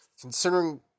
considering